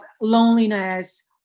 loneliness